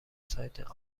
سایت